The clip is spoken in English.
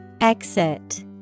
Exit